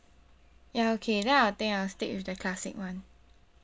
ya okay then I think I'll stick with the classic one